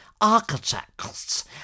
architects